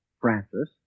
Francis